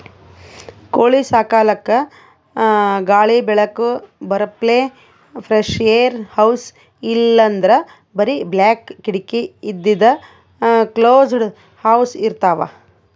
ಕೋಳಿ ಸಾಕಲಕ್ಕ್ ಗಾಳಿ ಬೆಳಕ್ ಬರಪ್ಲೆ ಫ್ರೆಶ್ಏರ್ ಹೌಸ್ ಇಲ್ಲಂದ್ರ್ ಬರಿ ಬಾಕ್ಲ್ ಕಿಡಕಿ ಇದ್ದಿದ್ ಕ್ಲೋಸ್ಡ್ ಹೌಸ್ ಇರ್ತವ್